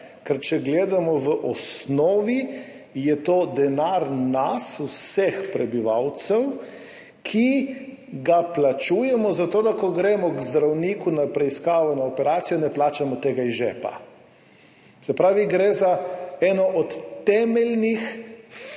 ker če gledamo v osnovi, je to denar od nas, vseh prebivalcev, ki ga plačujemo za to, da ko gremo k zdravniku na preiskavo, na operacijo, ne plačamo tega iz žepa. Se pravi, gre za eno od temeljnih